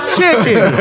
chicken